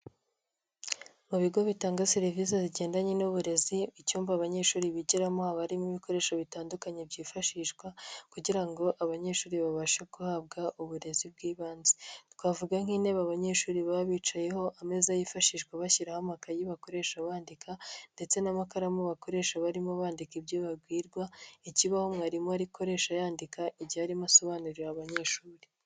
Mu bigo bitanga serivisi zigendanye n'uburezi, icyumba abanyeshuri bigiramo abamo ibikoresho bitandukanye byifashishwa kugira ngo abanyeshuri babashe guhabwa uburezi bw'ibanze. twavuga nk'intebe abanyeshuri baba bicayeho, ameza yifashishwa bashyiraho amakayi bakoresha bandika ndetse n'amakaramu bakoresha barimo bandika ibyo babwirwa, ikibaho mwarimu arikoresha yandika igihe arimo asobanurira abanyeshuri.